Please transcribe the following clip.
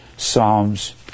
psalms